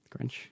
Grinch